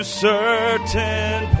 certain